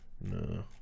No